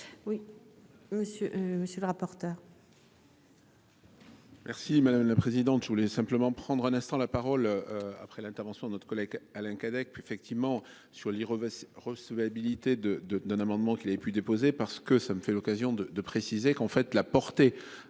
monsieur le rapporteur. Merci madame la présidente. Je voulais simplement prendre un instant la parole après l'intervention de notre collègue Alain Cadec effectivement sur Iran recevabilité de de d'un amendement qui avaient pu déposer parce que ça me fait l'occasion de, de préciser qu'en fait la portée.